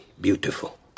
beautiful